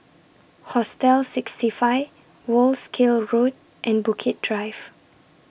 Hostel sixty five Wolskel Road and Bukit Drive